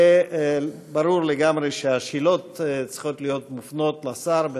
וברור לגמרי שהשאלות שמופנות לשר צריכות להיות